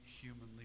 humanly